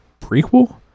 prequel